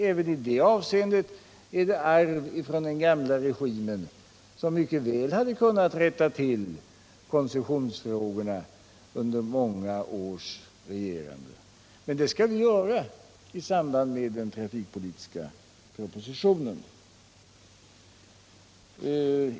Även i det avseendet är det ett arv från den gamla regimen, som mycket väl hade kunnat rätta till koncessionsfrågorna under många års regerande. Men det skall vi göra i samband med den trafikpolitiska propositionen.